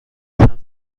سمت